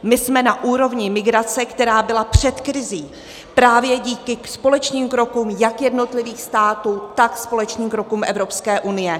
My jsme na úrovni migrace, která byla před krizí, právě díky společným krokům jak jednotlivých států, tak společným krokům Evropské unie.